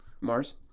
Mars